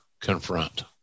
confront